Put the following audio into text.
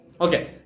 Okay